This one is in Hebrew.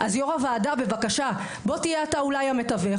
יו"ר הוועדה, בבקשה, אולי תהיה אתה המתווך.